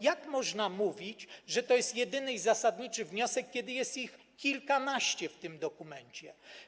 Jak można mówić, że to jest jedyny zasadniczy wniosek, kiedy jest ich kilkanaście w tym dokumencie?